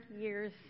years